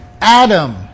Adam